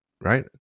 Right